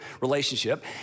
relationship